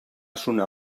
sonar